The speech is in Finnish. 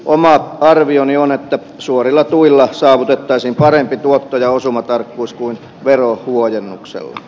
oma arvioni on että suorilla tuilla saavutettaisiin parempi tuotto ja osumatarkkuus kuin veronhuojennuksella